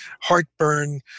heartburn